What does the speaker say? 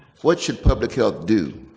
what should public health do?